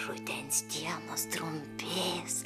rudens dienos trumpės